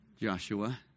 Joshua